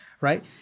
Right